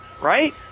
right